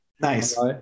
Nice